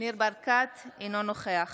ניר ברקת, אינו נוכח